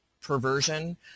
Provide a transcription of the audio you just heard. perversion